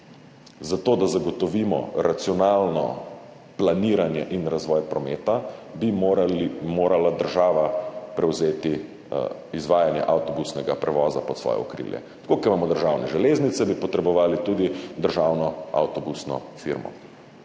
Da zagotovimo racionalno planiranje in razvoj prometa, bi morala država vzeti izvajanje avtobusnega prevoza pod svoje okrilje. Tako kot imamo državne železnice, bi potrebovali tudi državno avtobusno firmo.